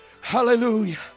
Hallelujah